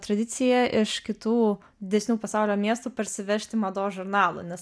tradiciją iš kitų didesnių pasaulio miestų parsivežti mados žurnalų nes